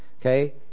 Okay